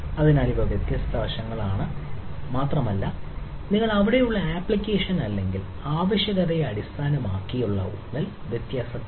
അതിനാൽ ഇവ വ്യത്യസ്ത വശങ്ങളാണ് മാത്രമല്ല നിങ്ങൾ അവിടെയുള്ള ആപ്ലിക്കേഷൻ അല്ലെങ്കിൽ ആവശ്യകതയെ അടിസ്ഥാനമാക്കി ഊന്നൽ വ്യത്യാസപ്പെടാം